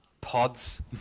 pods